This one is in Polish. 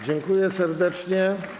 Dziękuję serdecznie.